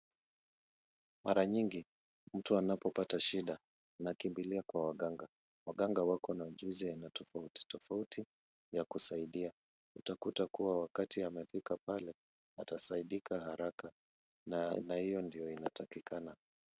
Mara nyingi mtu anapopata shida, anakimbilia kwa waganga. Waganga wako na ujuzi aina tofautitofauti ya kusaidia. Utakuta kuwa wakati amefika pale atasaidika haraka. Na hiyo ndiyo inatakikana.